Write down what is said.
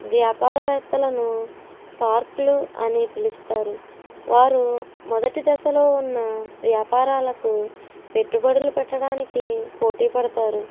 వ్యాపారవేత్తలను షార్క్లు అనే పిలుస్తారు వారు మొదటి దశలో ఉన్న వ్యాపారాలకు పెట్టుబడులు పెట్టడానికి పోటీపడుతారు